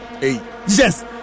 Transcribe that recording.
Yes